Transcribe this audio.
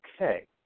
okay